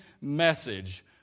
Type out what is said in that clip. message